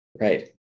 right